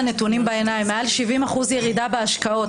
הנתונים בעיניים מעל 70% ירידה בהשקעות,